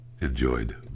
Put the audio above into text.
enjoyed